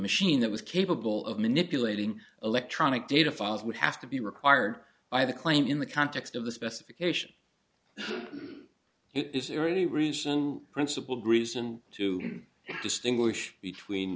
machine that was capable of manipulating electronic data files would have to be required by the claim in the context of the specification is there any reason principled reason to distinguish between